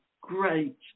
great